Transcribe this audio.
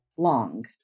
long